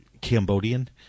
Cambodian